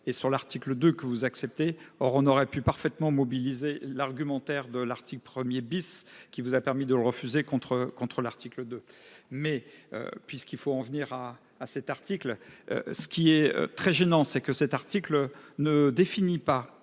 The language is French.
et sur l'article de que vous acceptez. Or, on aurait pu parfaitement mobilisé l'argumentaire de l'article 1er bis qui vous a permis de le refuser. Contre, contre l'article de mais. Puisqu'il faut en venir à à cet article. Ce qui est très gênant, c'est que cet article ne définit pas